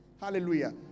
Hallelujah